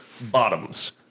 Bottoms